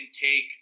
take